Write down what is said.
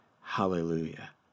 Hallelujah